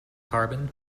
carbon